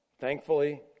thankfully